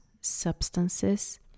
substances